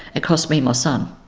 it cost me my son.